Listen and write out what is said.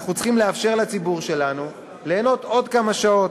אנחנו צריכים לאפשר לציבור שלנו ליהנות עוד כמה שעות.